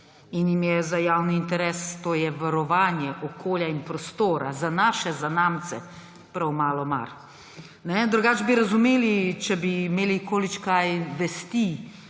in jim je za javni interes, to je varovanje okolja in prostora za naše zanamce, prav malo mar. Drugače bi razumeli, če bi imeli količkaj vesti,